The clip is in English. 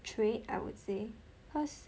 trade I would say cause